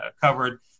covered